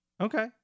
okay